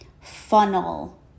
funnel